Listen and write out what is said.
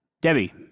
Debbie